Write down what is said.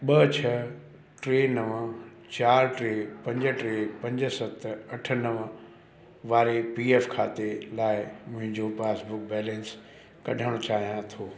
ॿ छह टे नव चार टे पंज टे पंज सत अठ नवं वारे पी एफ़ खाते लाइ मुंहिंजो पासबुक बैलेंस कढणु चाहियां थो